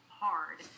hard